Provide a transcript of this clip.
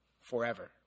forever